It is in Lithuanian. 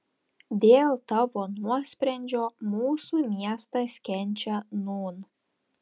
dėl tavo nuosprendžio mūsų miestas kenčia nūn